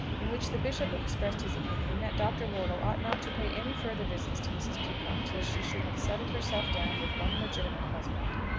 in which the bishop expressed his opinion that dr. wortle ought not to pay any further visits to mrs. peacocke till she should have settled herself down with one legitimate husband,